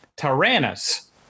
Tyrannus